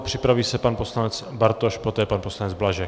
Připraví se pan poslanec Bartoš, poté pan poslanec Blažek.